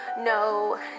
No